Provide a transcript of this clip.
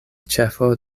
ĉefo